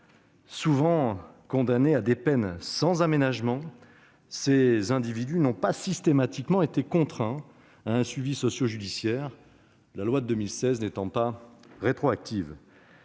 Souvent condamnés à des peines sans aménagement, ces individus n'ont pas systématiquement été contraints à un suivi sociojudiciaire, la loi de 2016 n'étant pas rétroactive.